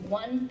one